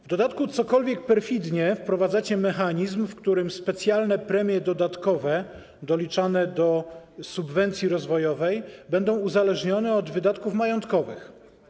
W dodatku dość perfidnie wprowadzacie mechanizm, w którym specjalne premie dodatkowe doliczane do subwencji rozwojowej będą uzależnione od wydatków majątkowych.